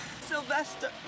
Sylvester